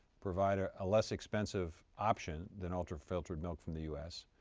provide ah a less expensive option than ultra filtered milk from the u s.